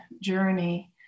journey